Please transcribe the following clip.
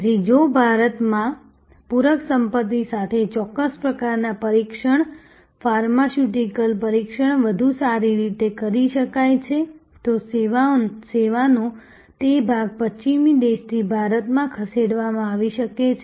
તેથી જો ભારતમાં પૂરક સંપતિ સાથે ચોક્કસ પ્રકારનાં પરીક્ષણ ફાર્માસ્યુટિકલ પરીક્ષણ વધુ સારી રીતે કરી શકાય છે તો સેવાનો તે ભાગ પશ્ચિમી દેશથી ભારતમાં ખસેડવામાં આવી શકે છે